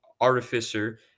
artificer